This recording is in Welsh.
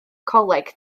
coleg